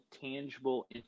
tangible